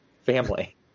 family